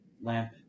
lamp